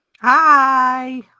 hi